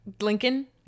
lincoln